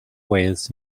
wales